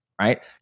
Right